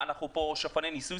האם אנחנו שפני ניסוי?